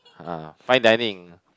uh fine dining